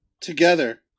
Together